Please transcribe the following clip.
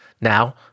Now